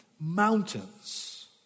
mountains